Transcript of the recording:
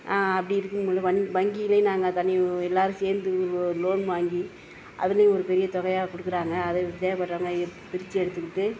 அப்படி இருக்கும்பொழுது வன் வங்கியிலே நாங்கள் தனி எல்லாேரும் சேர்ந்து ஓ லோன் வாங்கி அதிலே ஒரு பெரிய தொகையாக கொடுக்கறாங்க அது தேவைப்பட்றவங்க இ பிரிச்சு எடுத்துக்கிட்டு